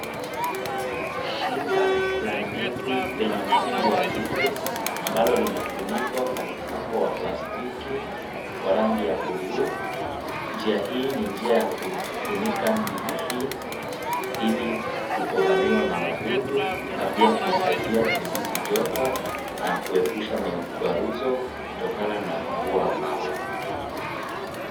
Shina la ndizi lenye mkungu wa ndizi, ambalo limefunikwa kwa mfuko wa plastiki wa rangi ya bluu. Njia hii ni njia ya kufunika ndizi hii ili kutovamiwa na wadudu na pia kusaidia kudhibiti joto na kuepusha mikwaruzo kutokana na mvua wa mawe.